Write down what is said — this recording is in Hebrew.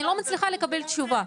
אני לא מצליחה לקבל תשובה.